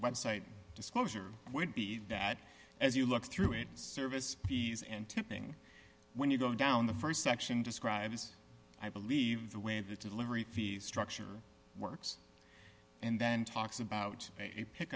website disclosure would be that as you look through it service fees and tipping when you go down the st section describes i believe the way that delivery fee structure works and then talks about a pick